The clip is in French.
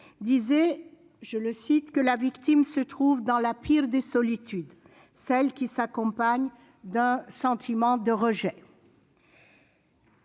disait que « la victime se trouve dans la pire des solitudes, celle qui s'accompagne d'un sentiment de rejet